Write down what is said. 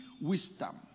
wisdom